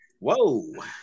Whoa